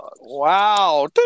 Wow